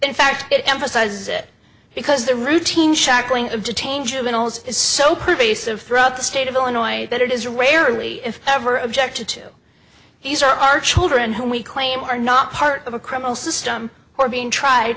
in fact it emphasizes it because the routine shackling of detain juveniles is so pervasive throughout the state of illinois that it is rarely if ever objected to these are our children who we claim are not part of a criminal system for being tried